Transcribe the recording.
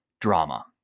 drama